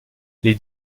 les